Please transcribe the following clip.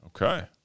Okay